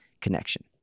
connection